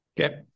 Okay